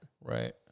Right